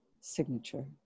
signature